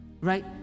right